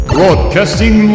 Broadcasting